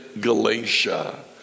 Galatia